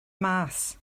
mas